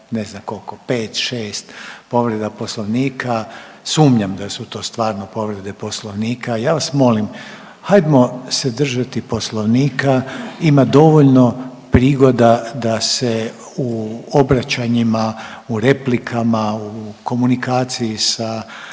ne znam koliko pet, šest povreda poslovnika sumnjam da su to stvarno povrede poslovnika. Ja vas molim hajdmo se držati poslovnika, ima dovoljno prigoda da se u obraćanjima u replikama u komunikaciji sa